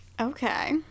Okay